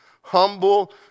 humble